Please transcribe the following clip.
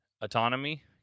autonomy